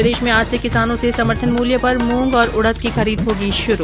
प्रदेश में आज से किसानो से समर्थन मूल्य पर मूंग और उडद की खरीद होगी शुरू